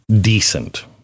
decent